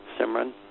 Simran